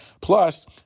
plus